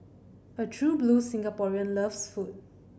a true blue Singaporean loves food